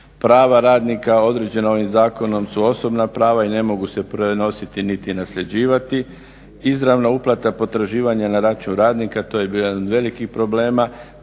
prava radnika određene ovim zakonom su osobna prava i ne mogu se prenositi niti nasljeđivati, izravna uplata potraživanja na račun radnika, to je bio jedan od velikih problema.